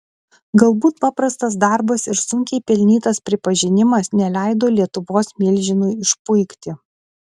galbūt paprastas darbas ir sunkiai pelnytas pripažinimas neleido lietuvos milžinui išpuikti